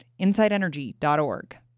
insideenergy.org